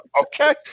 okay